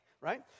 right